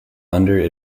under